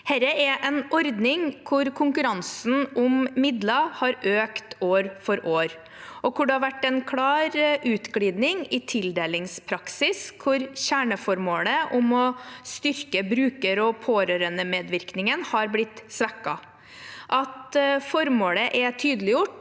Dette er en ordning hvor konkurransen om midler har økt år for år, og hvor det har vært en klar utglidning i tildelingspraksis – hvor kjerneformålet om å styrke bruker- og pårørendemedvirkningen har blitt svekket. At formålet er tydeliggjort